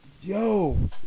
Yo